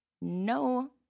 no